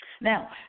Now